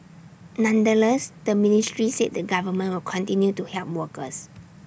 nonetheless the ministry said the government will continue to help workers